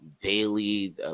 daily